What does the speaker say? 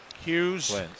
Hughes